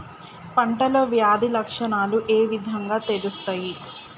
పంటలో వ్యాధి లక్షణాలు ఏ విధంగా తెలుస్తయి?